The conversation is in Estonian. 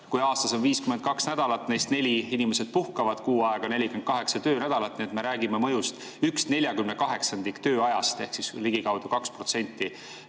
Kui aastas on 52 nädalat, neist neli inimesed puhkavad, kuu aega, [jääb järele] 48 töönädalat. Nii et me räägime mõjust 1/48 tööajast ehk ligikaudu 2%